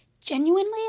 genuinely